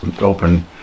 open